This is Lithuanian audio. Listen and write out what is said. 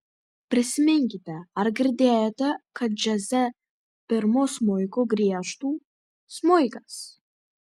prisiminkite ar girdėjote kad džiaze pirmu smuiku griežtų smuikas